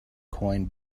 coin